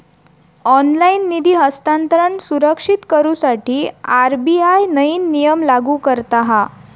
online निधी हस्तांतरण सुरक्षित करुसाठी आर.बी.आय नईन नियम लागू करता हा